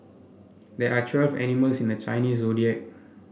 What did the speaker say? there are twelve animals in the Chinese Zodiac